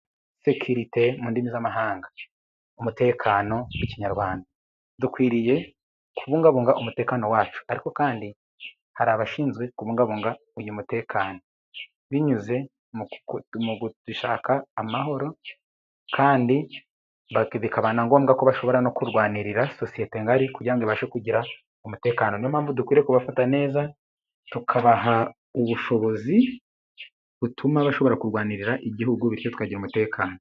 Sekirite mu ndimi z'amahanga, umutekano mu kinyarwanda, dukwiriye kubungabunga umutekano wacu, ariko kandi hari abashinzwe kubungabunga uyu mutekano, binyuze mu gushaka amahoro kandi bikaba na ngombwa ko bashobora no kurwanirira sosiyete ngari kugira ngo ibashe kugira umutekano, niyo mpamvu dukwiriye kubafata neza, tukabaha ubushobozi butuma bashobora kurwanirira igihugu bityo tukagira umutekano.